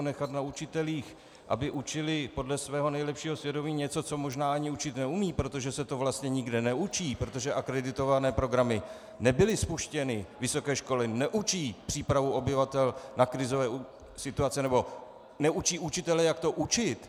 Nechat na učitelích, aby učili podle svého nejlepšího svědomí něco, co možná ani učit neumějí, protože se to vlastně nikde neučí, protože akreditované programy nebyly spuštěny, vysoké školy neučí přípravu obyvatel na krizové situace nebo neučí učitele, jak to učit...